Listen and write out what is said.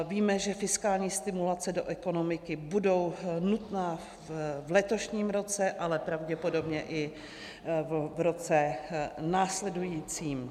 Víme, že fiskální stimulace do ekonomiky budou nutné v letošním roce, ale pravděpodobně i v roce následujícím.